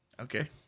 Okay